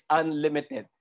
unlimited